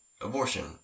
abortion